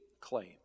claim